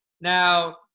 Now